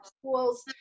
schools